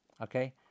Okay